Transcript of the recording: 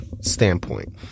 standpoint